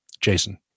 Jason